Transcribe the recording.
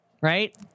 Right